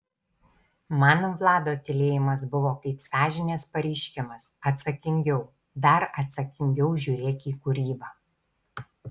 man vlado tylėjimas buvo kaip sąžinės pareiškimas atsakingiau dar atsakingiau žiūrėk į kūrybą